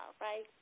right